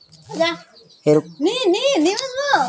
रोहनक सौ जीएसएम वाला काग़ज़ चाहिए छिले